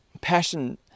passion